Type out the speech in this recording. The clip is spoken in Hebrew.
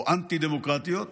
או אנטי-דמוקרטיות,